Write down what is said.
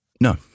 No